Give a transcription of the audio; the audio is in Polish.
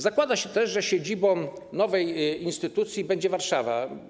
Zakłada się też, że siedzibą nowej instytucji będzie Warszawa.